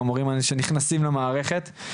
שנכנסים למערכת.